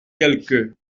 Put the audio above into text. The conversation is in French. quelques